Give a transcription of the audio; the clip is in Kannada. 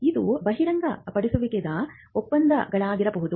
ಅದು ಬಹಿರಂಗಪಡಿಸದ ಒಪ್ಪಂದಗಳಾಗಿರಬಹುದು